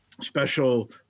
special